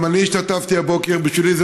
גם אני השתתפתי הבוקר בישיבה בוועדת הפנים,